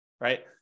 right